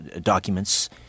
documents